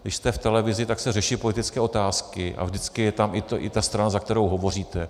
Když jste v televizi, tak se řeší politické otázky a vždycky je tam i ta strana, za kterou hovoříte.